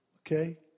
Okay